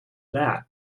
that